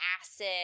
acid